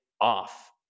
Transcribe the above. off